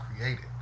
created